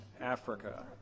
Africa